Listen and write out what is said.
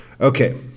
Okay